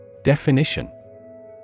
Definition